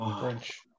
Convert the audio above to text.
French